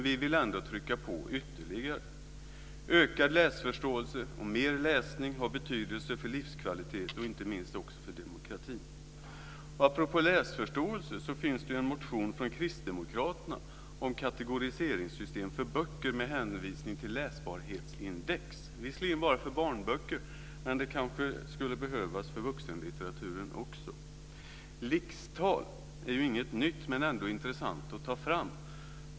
Vi vill ändå trycka på ytterligare. Ökad läsförståelse och mer läsning har betydelse för livskvalitet och inte minst också för demokratin. Apropå läsförståelse finns det en motion från Kristdemokraterna om kategoriseringssystem för böcker med hänvisning till läsbarhetsindex. Det är visserligen bara för barnböcker, men det kanske skulle behövas för vuxenlitteratur också. LIX-tal är inget nytt, men ändå intressant att ta fram.